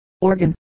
organ